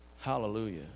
Hallelujah